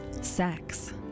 Sex